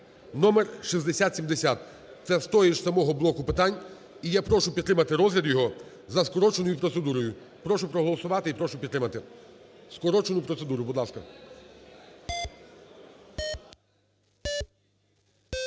(№ 6070). Це з того ж самого блоку питань. І я прошу підтримати розгляд його за скороченою процедурою. Прошу проголосувати і прошу підтримати скорочену процедуру, будь ласка. 11:09:07